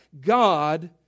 God